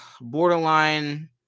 borderline